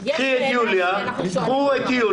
כי אתה אומר שהתעשיינים זאת חזות הכול.